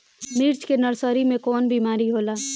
मिर्च के नर्सरी मे कवन बीमारी होला?